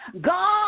God